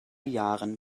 jahren